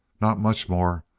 not much more.